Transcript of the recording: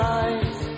eyes